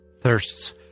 thirsts